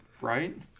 Right